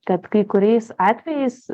kad kai kuriais atvejais